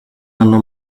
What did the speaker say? hanno